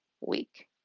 week